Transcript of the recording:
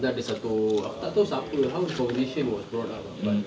then ada satu aku tak tahu siapa how the conversation was brought up ah but